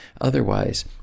otherwise